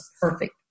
perfect